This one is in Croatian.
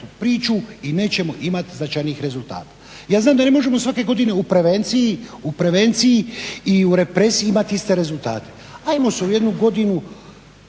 priču, i nećemo imati značajnijih rezultata. Ja znam da ne možemo svake godine u prevenciji i u represiji imati iste rezultate. Ajmo se u jednu godinu